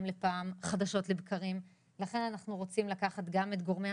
לפעם חדשות לבקרים ולכן אנחנו רוצים לקחת גם את גורמי